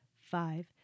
five